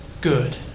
good